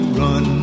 run